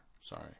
Sorry